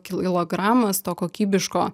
kilogramas to kokybiško